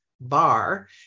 bar